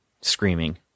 screaming